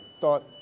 thought